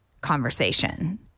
conversation